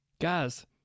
Guys